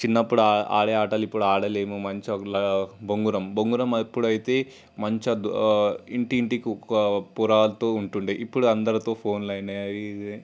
చిన్నప్పుడు ఆడే ఆటలు ఇప్పుడు ఆడలేము మంచిగా గుల్లగా బొంగరం బొంగరం ఎప్పుడైతే మంచిగా ఇంటి ఇంటికి ఒక పోరగాళ్ళతో ఉంటు ఉండే ఇప్పుడు అందరితో ఫోన్ల అయినాయి అది ఇది